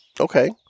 Okay